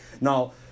Now